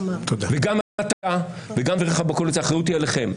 וגם אתה וגם חבריך בקואליציה, האחריות היא עליכם.